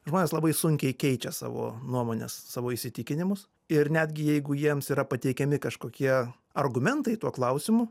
žmonės labai sunkiai keičia savo nuomones savo įsitikinimus ir netgi jeigu jiems yra pateikiami kažkokie argumentai tuo klausimu